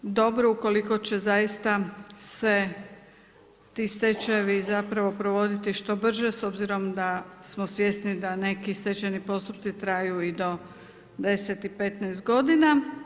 Ovo je dobro ukoliko će zaista se ti stečajevi zapravo provoditi što brže s obzirom da smo svjesni da neki stečajni postupci traju i do 10 i 15 godina.